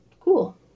cool